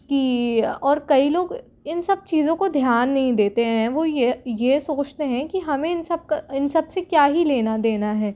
कि और कई लोग इन सब चीज़ों को ध्यान नहीं देते हैं वो यह ये सोचते हैं कि हमें इन सब का इन सबसे क्या ही लेना देना है